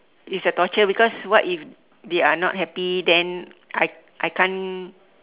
it's a torture because what if they are not happy then I I can't